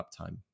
Uptime